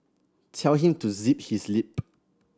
tell him to zip his lip